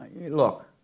Look